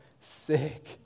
sick